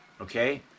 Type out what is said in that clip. okay